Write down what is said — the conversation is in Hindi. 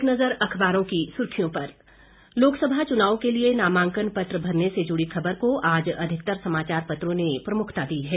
एक नज़र अखबारों की सुर्खियों पर लोकसभा चुनाव के लिए नामांकन पत्र भरने से जुड़ी खबर को आज अधिकतर समाचार पत्रों ने प्रमुंखता दी है